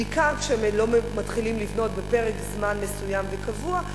בעיקר כשהם לא מתחילים לבנות בפרק זמן מסוים וקבוע,